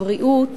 הבריאות,